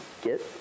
get